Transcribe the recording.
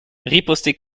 ripostait